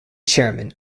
chairman